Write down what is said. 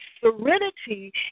serenity